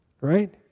right